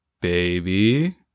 baby